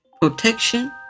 protection